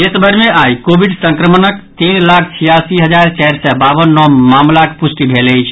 देशभरि मे आई कोविड संक्रमणक तीन लाख छियासी हजार चारि सय बावन नव मामिलाक पूष्टि भेल अछि